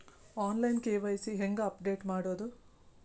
On line KYC ಹೇಂಗ update ಮಾಡೋದು?